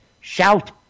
Shout